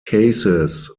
cases